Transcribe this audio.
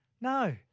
No